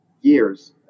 years